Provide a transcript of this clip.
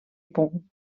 pont